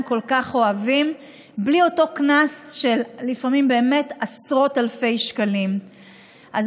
כל כך אוהבים בלי אותו קנס של עשרות אלפי שקלים לפעמים.